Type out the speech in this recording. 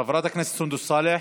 חברת הכנסת סונדוס סאלח,